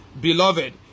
Beloved